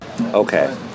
Okay